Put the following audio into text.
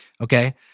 Okay